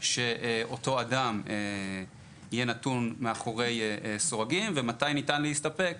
שאותו אדם יהיה נתון מאחורי סורגים ומתי ניתן להסתפק